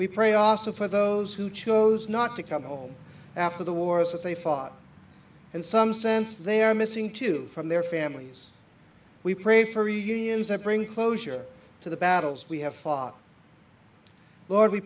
we pray aso for those who chose not to come home after the wars that they fought and some sense they are missing too from their families we pray for unions that bring closure to the battles we have fought lord we